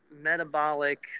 metabolic